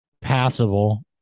passable